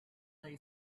lay